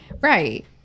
right